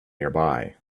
nearby